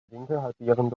winkelhalbierende